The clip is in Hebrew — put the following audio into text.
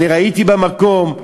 אני ראיתי במקום,